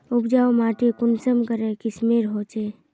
उपजाऊ माटी कुंसम करे किस्मेर होचए?